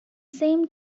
same